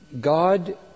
God